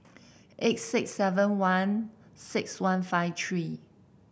eight six seven one six one five three